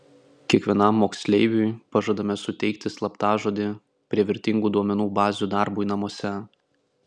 kiekvienam moksleiviui pažadame suteikti slaptažodį prie vertingų duomenų bazių darbui namuose